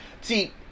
see